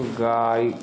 गाय